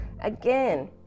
Again